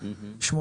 לא,